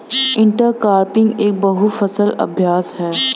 intercropping एक बहु फसल अभ्यास है